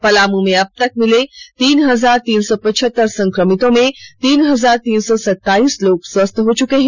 पलामू में अबतक मिले तीन हजार तीन सौ पहचतहर संक्रमितों में तीन हजार तीन सौ सताइस लोग स्वस्थ हो चुके हैं